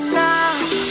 now